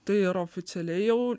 tai ir oficialiai jau